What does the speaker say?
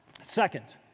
Second